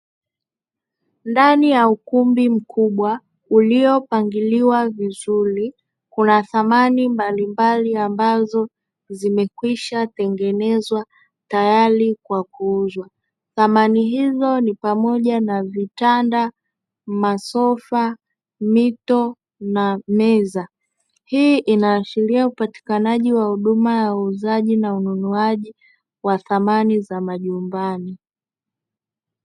Ndani ya ukumbi mkubwa uliopangiliwa vizuri kuna samani mbalimbali ambazo zimekwisha tengenezwa tayari kwa kuuzwa. Samani hizo ni pamoja na vitanda, masofa, mito na meza. Hii inaashiria upatikanaji wa huduma ya uuzaji na ununuaji wa samani za majumbani.